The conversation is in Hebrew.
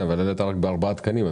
העלית רק בארבעה תקנים.